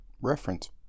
Reference